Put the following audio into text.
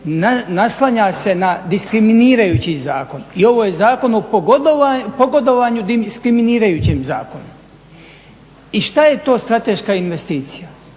naslanja se na diskriminirajući zakon i ovo je zakon o pogodovanju diskriminirajućem zakonu. I šta je to strateška investicija,